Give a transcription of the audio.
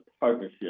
partnership